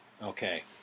Okay